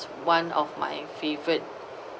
one of my favourite